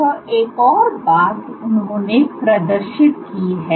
यह एक और बात उन्होंने प्रदर्शित की है